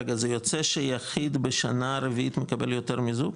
רגע, זה יוצא שיחיד בשנה הרביעית, מקבל יותר מזוג?